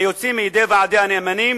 להוציא מידי ועדי הנאמנים